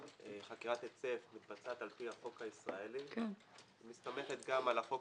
חקירת היצף מתבצעת על-פי החוק הישראלי ומסתמכת גם על החוק